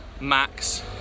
max